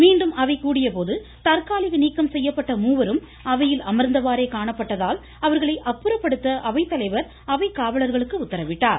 மீண்டும் அவை கூடியபோது தற்காலிக நீக்கம் செய்யப்பட்ட மூவரும் அவையில் அமர்ந்தவாறே காணப்பட்டதால் அவர்களை அப்புறப்படுத்த அவைத்தலைவர் அவை காவலர்களுக்கு உத்தரவிட்டார்